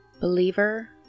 Believer